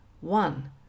One